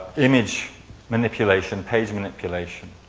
image manipulation, page manipulation.